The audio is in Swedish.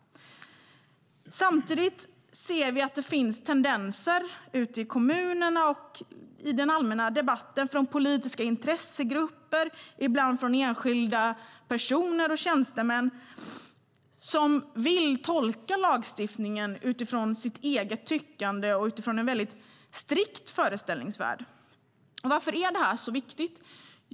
Samtidigt ser vi att det finns tendenser ute i kommunerna och i den allmänna debatten från politiska intressegrupper, och ibland från enskilda personer och tjänstemän, att vilja tolka lagstiftningen utifrån sitt eget tyckande och utifrån en väldigt strikt föreställningsvärld. Varför är det här så viktigt?